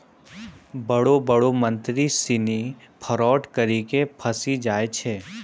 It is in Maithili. बड़ो बड़ो मंत्री सिनी फरौड करी के फंसी जाय छै